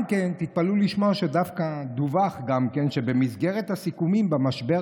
תתפלאו לשמוע שדווקא דווח גם כן שבמסגרת הסיכומים במשבר